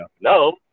no